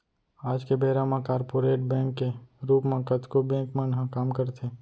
आज के बेरा म कॉरपोरेट बैंक के रूप म कतको बेंक मन ह काम करथे